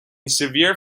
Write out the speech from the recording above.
severe